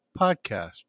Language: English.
podcast